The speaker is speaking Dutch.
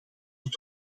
het